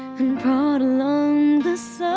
and brought along the so